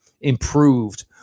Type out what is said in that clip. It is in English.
improved